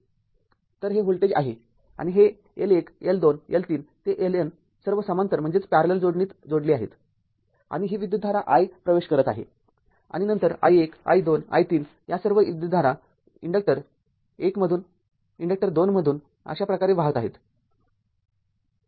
तर हे व्होल्टेज आहे आणि हे L१ L२ L३ ते LN सर्व समांतर जोडणीत जोडले आहेत आणि ही विद्युतधारा i प्रवेश करत आहे आणि नंतर i१ i२ i३ या सर्व विद्युतधारा इन्डक्टर १ मधून इन्डक्टर २ मधून अशा प्रकारे वाहत आहेत